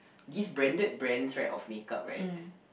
these branded brands right of makeup right